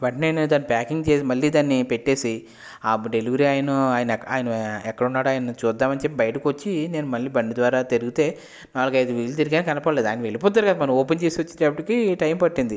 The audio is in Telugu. వెంటనే నేను దాన్ని ప్యాకింగ్ చేసి మళ్ళీ దాన్ని నేను పెట్టేసి ఆ డెలివరీ ఆయన ఆయన ఎక్కడ ఉన్నాడో ఆయన్ని చూద్దాము అని చెప్పి బయటికి వచ్చి నేను మళ్ళీ బండి ద్వారా తిరిగితే నాలుగు ఐదు వీధులను తిరిగాను కనబడలేదు ఆయన వెళ్ళిపోతాడు కదా మనం ఓపెన్ చేసి వచ్చేటప్పటికి టైమ్ పట్టింది